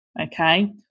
Okay